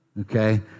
Okay